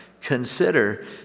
consider